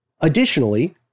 Additionally